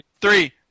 Three